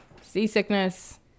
seasickness